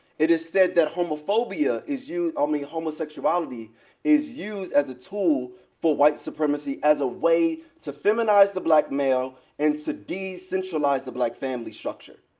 it is said that homophobia is you um homosexuality is used as a tool for white supremacy as a way to feminize the black male and to decentralize the black family structure,